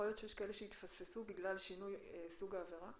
שהתפספסו בגלל שינוי סוג העבירה?